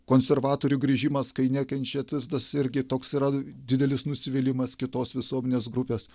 konservatorių grįžimas kai nekenčiat ir tas irgi toks yra didelis nusivylimas kitos visuomenės grupės